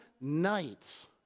nights